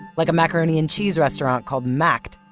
like a macaroni and cheese restaurant called macked,